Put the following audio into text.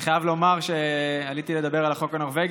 אני חייב לומר שעליתי לדבר על החוק הנורבגי